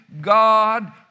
God